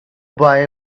boy